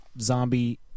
zombie